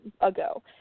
ago